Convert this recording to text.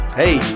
hey